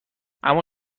اما